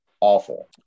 Awful